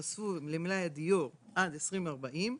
שיתווספו למלאי הדיור עד 2040,